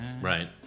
Right